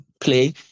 play